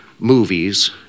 movies